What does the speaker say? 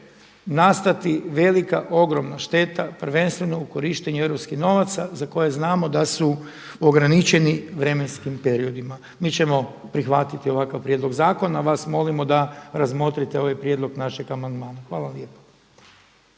nastati velika, ogromna šteta prvenstveno u korištenju europskih novaca za koje znamo da su ograničeni vremenskim periodima. Mi ćemo prihvatiti ovakav prijedlog zakona. A vas molimo da razmotrite ovaj prijedlog našeg amandmana. Hvala lijepa.